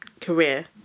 career